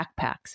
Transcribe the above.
backpacks